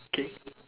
okay